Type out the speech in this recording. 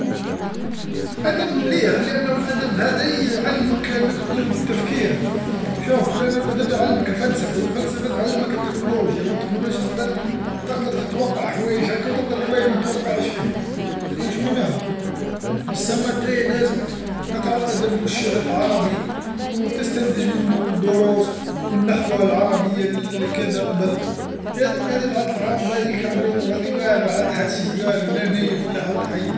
الأدب مليح لأنه الأدب هذا يعلمك أنك ت-تفكير شوف لأن الأدب يعلمك الفلسفه والفلسفه تعلمك التكنولوجيا والتكنولوجيا تقدر تقدر تتوقع حوايج هاكا وتقدر حوايج ماتوقعش فيهم واش منها سما نتيا لازمك تقرا الأدب والشعر العربي و تستنتج منو دروس والنخوه العربيه كذا قبل أيا هاذي ذرك العرب هاذي كربيطو هاذي والو والو لا تيف لا حيه.